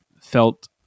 felt